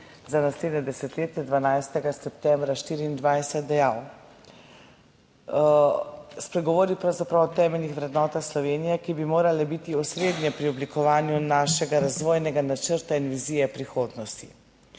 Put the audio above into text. za naslednje desetletje, 12. septembra 2024, dejal, spregovori pravzaprav o temeljnih vrednotah Slovenije, ki bi morale biti osrednje pri oblikovanju našega razvojnega načrta in vizije prihodnosti.